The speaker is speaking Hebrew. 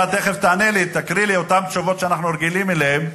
אתה תיכף תענה לי ותקריא לי את אותן תשובות שאנחנו רגילים אליהן,